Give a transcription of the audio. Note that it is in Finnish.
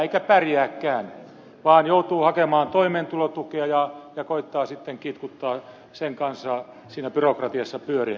eikä pärjääkään vaan joutuu hakemaan toimeentulotukea ja koettaa sitten kitkuttaa sen kanssa siinä byrokratiassa pyörien